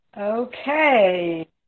Okay